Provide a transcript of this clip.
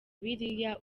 biriya